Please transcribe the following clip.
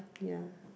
ya